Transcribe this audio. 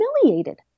humiliated